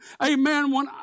amen